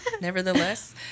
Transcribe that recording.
nevertheless